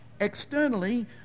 externally